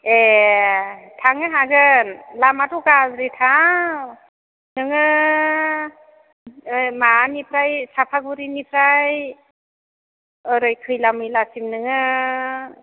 ए थांनो हागोन लामाथ' गाज्रिथार नोङो माबानिफ्राय सापागुरिनिफ्राय ओरै खैलामैलाथिं नोङो